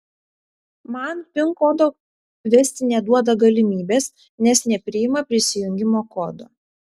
man pin kodo vesti neduoda galimybės nes nepriima prisijungimo kodo